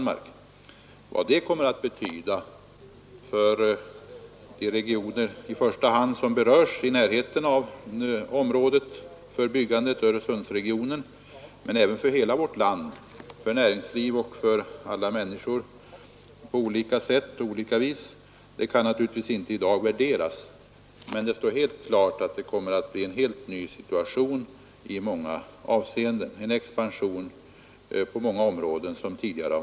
Det hoppas jag skall ske inom de närmaste timmarna.